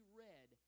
read